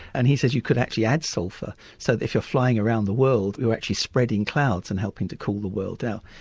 and he says you could actually add sulphur so that if you're flying around the world you're actually spreading clouds and helping to cool the world down.